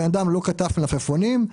אדם לא קטף מלפפונים,